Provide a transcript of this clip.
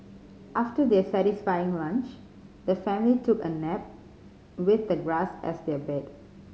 after their satisfying lunch the family took a nap with the grass as their bed